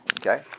Okay